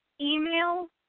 email